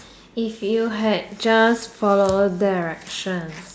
if you had just follow directions